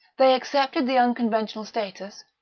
they accepted the unconventional status,